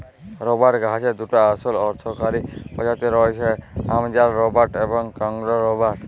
রবাট গাহাচের দুটা আসল অথ্থকারি পজাতি রঁয়েছে, আমাজল রবাট এবং কংগো রবাট